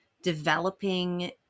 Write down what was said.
developing